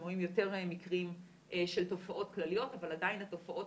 רואים יותר מקרים של תופעות כלליות אבל עדיין התופעות